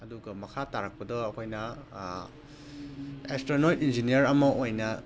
ꯑꯗꯨꯒ ꯃꯈꯥ ꯇꯥꯔꯛꯄꯗ ꯑꯩꯈꯣꯏꯅ ꯑꯦꯁꯇ꯭ꯔꯣꯅꯣꯠ ꯏꯟꯖꯤꯅꯤꯌꯥꯔ ꯑꯃ ꯑꯣꯏꯅ